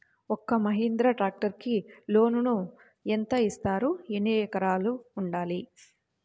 ఒక్క మహీంద్రా ట్రాక్టర్కి లోనును యెంత ఇస్తారు? ఎన్ని ఎకరాలు ఉండాలి?